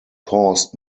caused